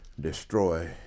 destroy